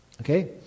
okay